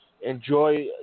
Enjoy